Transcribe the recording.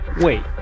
Wait